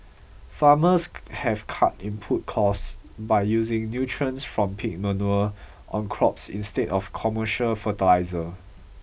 farmers have cut input costs by using nutrients from pig manure on crops instead of commercial fertiliser